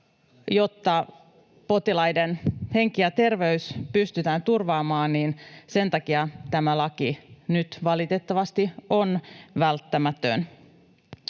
jotta potilaiden henki ja terveys pystytään turvaamaan, niin tämä laki nyt valitettavasti on välttämätön.